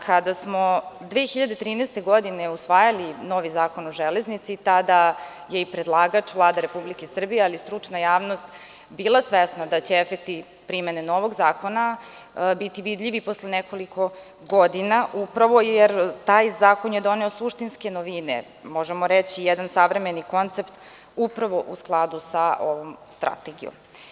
Kada smo 2013. godine usvajali novi Zakon o železnici, tada je i predlagač, Vlada Republika Srbija, ali i stručna javnost bila svesna da će efekti primene novog zakona biti vidljivi posle nekoliko godina upravo jer taj zakon je doneo suštinske novine, možemo reći jedan od savremeni koncept, upravo u skladu sa ovom strategijom.